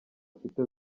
afite